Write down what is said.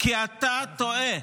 כי אתה טועה.